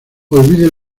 olvide